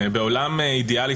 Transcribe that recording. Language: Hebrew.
בעולם אידאלי,